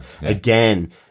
again